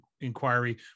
inquiry